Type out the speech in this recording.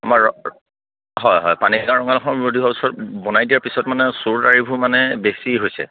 আমাৰ হয় হয় পানী নদী হোৱাৰ পিছত বনাই দিয়াৰ পিছত মানে চোৰ তাৰিবোৰ মানে বেছি হৈছে